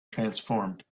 transformed